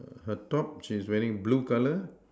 her top she's wearing blue colour